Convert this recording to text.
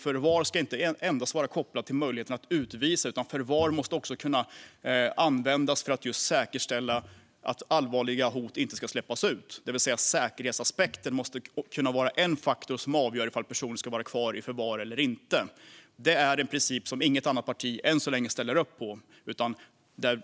Förvar ska inte heller vara kopplat endast till möjligheten att utvisa, utan förvar måste också kunna användas just för att säkerställa att allvarliga hot inte släpps ut. Säkerhetsaspekten måste kunna vara en faktor som avgör ifall personer ska vara kvar i förvar eller inte. Det är en princip som inget annat parti än så länge ställer upp på.